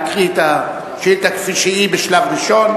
להקריא את השאילתא כפי שהיא בשלב ראשון.